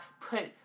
put